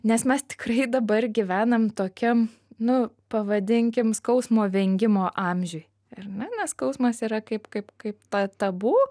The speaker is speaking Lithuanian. nes mes tikrai dabar gyvenam tokiam nu pavadinkim skausmo vengimo amžiuj ar ne nes skausmas yra kaip kaip kaip ta tabu